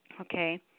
Okay